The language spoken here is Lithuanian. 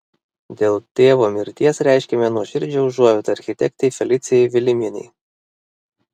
dėl tėvo mirties reiškiame nuoširdžią užuojautą architektei felicijai vilimienei